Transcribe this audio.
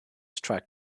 track